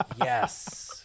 Yes